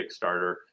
Kickstarter